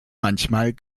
manchmal